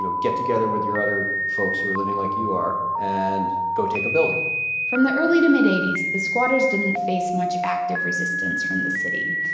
get together with your other folks who are living like you are and go take a building from the early to mid eighty s, the squatters didn't face much active resistance from the city.